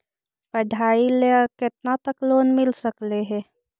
पढाई ल केतना तक लोन मिल सकले हे?